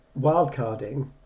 wildcarding